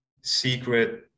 secret